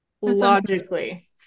logically